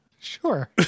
Sure